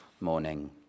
morning